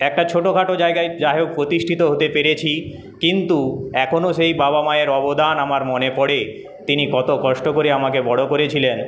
একটা ছোটখাটো জায়গায় যাইহোক প্রতিষ্ঠিত হতে পেরেছি কিন্তু এখনো সেই বাবা মায়ের অবদান আমার মনে পড়ে তিনি কত কষ্ট করে আমাকে বড়ো করেছিলেন